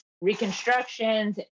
reconstructions